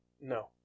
No